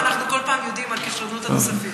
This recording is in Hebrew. ואנחנו כל פעם יודעים על כישרונות נוספים.